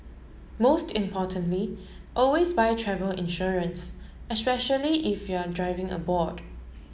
most importantly always buy travel insurance especially if you're driving aboard